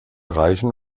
reichen